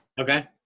Okay